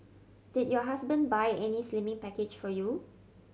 did your husband buy any slimming package for you